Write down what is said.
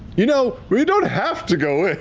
you know, we don't have to go in.